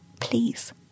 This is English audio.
please